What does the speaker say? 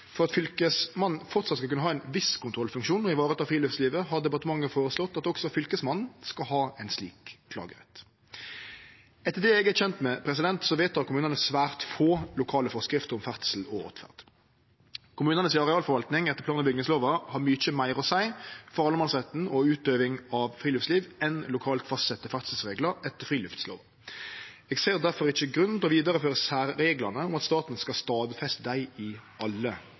For det tredje: For at Fylkesmannen framleis skal kunne ha ein viss kontrollfunksjon og vareta friluftslivet, har departementet føreslått at også Fylkesmannen skal ha ein slik klagerett. Etter det eg er kjend med, vedtek kommunane svært få lokale forskrifter om ferdsel og åtferd. Arealforvaltinga til kommunane etter plan- og bygningslova har mykje meir å seie for allemannsretten og utøving av friluftsliv enn lokalt fastsette ferdselsreglar etter friluftslova. Eg ser difor ikkje grunn til å vidareføre særreglane om at staten skal stadfeste dei i alle